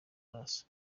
maraso